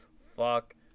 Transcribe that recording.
fuck